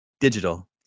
digital